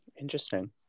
Interesting